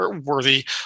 worthy